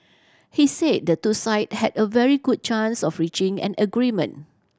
he said the two side had a very good chance of reaching an agreement